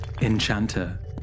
Enchanter